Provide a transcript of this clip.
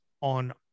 on